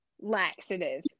laxative